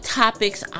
topics